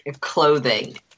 clothing